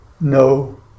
no